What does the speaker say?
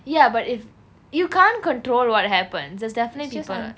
ya but if you can't control what happens there's definitely people [what]